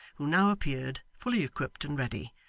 who now appeared, fully equipped and ready.